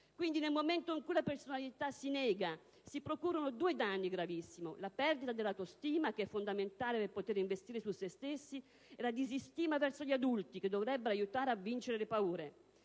Dunque, nel momento in cui la personalità si nega, si procurano due danni gravissimi: la perdita dell'autostima, che è fondamentale per poter investire su se stessi; la disistima verso gli adulti che dovrebbero aiutare a vincere le paure.